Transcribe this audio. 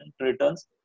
returns